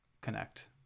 connect